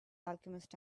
alchemist